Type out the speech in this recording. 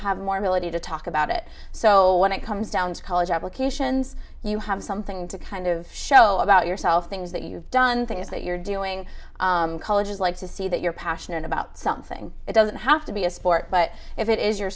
have more ability to talk about it so when it comes down to college applications you have something to kind of show about yourself things that you've done things that you're doing colleges like to see that you're passionate about something it doesn't have to be a sport but if it is